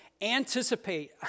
anticipate